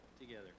together